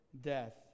death